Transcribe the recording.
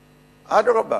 אדרבה,